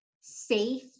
safe